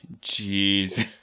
jesus